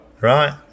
Right